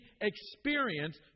experience